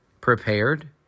Prepared